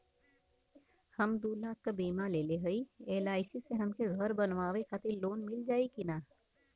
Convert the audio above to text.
हम दूलाख क बीमा लेले हई एल.आई.सी से हमके घर बनवावे खातिर लोन मिल जाई कि ना?